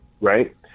right